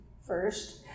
first